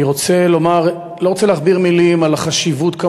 אני לא רוצה להכביר מילים על החשיבות,